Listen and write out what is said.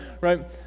right